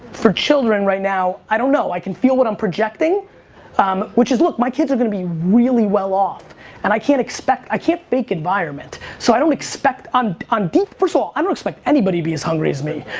for children right now, i don't know. i can feel what i'm projecting um which is look my kids are gonna be really well off and i can't expect, i can't fake environment so, i don't expect on on deep first of all. i don't expect anybody to be as hungry as me.